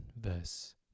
verse